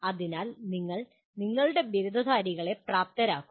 അതിനാൽ നിങ്ങൾ നിങ്ങളുടെ ബിരുദധാരികളെ പ്രാപ്തരാക്കുന്നു